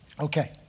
Okay